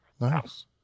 Nice